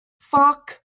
fuck